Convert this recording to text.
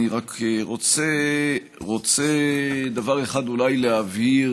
אני רק רוצה דבר אחד אולי להבהיר,